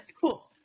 Cool